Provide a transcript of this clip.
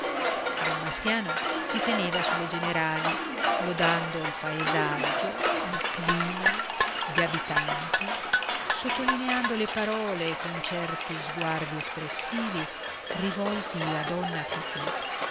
don bastiano si teneva sulle generali lodando il paesaggio il clima gli abitanti sottolineando le parole con certi sguardi espressivi rivolti a donna fifì